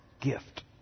gift